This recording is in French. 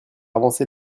avancer